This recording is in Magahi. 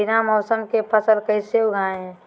बिना मौसम के फसल कैसे उगाएं?